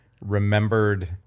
remembered